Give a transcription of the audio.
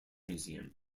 museum